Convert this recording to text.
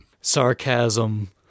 sarcasm